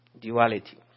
duality